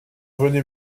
venez